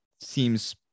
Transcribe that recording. seems